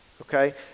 okay